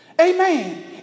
Amen